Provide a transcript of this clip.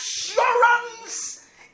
assurance